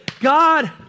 God